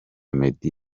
meddy